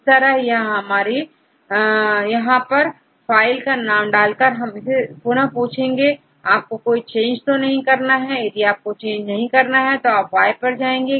इस तरह यहां परफाइल का नाम डालकर रखने पर वह आपसे पुनः पूछेंगे कि आपको कोई चेंज तो नहीं करना यदि आपको चेंज नहीं करना है तो आपY पर जाएंगे